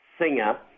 singer